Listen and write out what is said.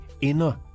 inner